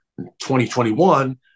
2021